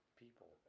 people